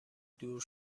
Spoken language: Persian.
دور